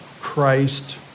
Christ